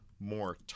more